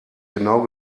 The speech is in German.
genau